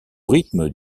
rythme